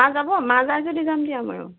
মা যাব মা যাই যদি যাম দিয়া আমাৰো